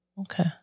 Okay